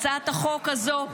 הצעת החוק הזו,